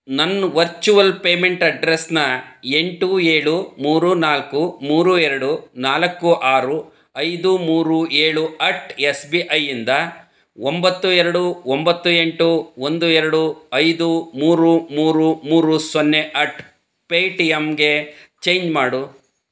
ನನ್ನ virtual payment ಅಡ್ರೆಸ್ಸನ್ನ ಎಂಟು ಏಳು ಮೂರು ನಾಲ್ಕು ಮೂರು ಎರಡು ನಾಲ್ಕು ಆರು ಐದು ಮೂರು ಏಳು ಅಟ್ ಎಸ್ ಬಿ ಐ ಇಂದ ಒಂಬತ್ತು ಎರಡು ಒಂಬತ್ತು ಎಂಟು ಒಂದು ಎರಡು ಐದು ಮೂರು ಮೂರು ಮೂರು ಸೊನ್ನೆ ಅಟ್ ಪೇಟಿಯಮ್ಗೆ ಚೇಂಜ್ ಮಾಡು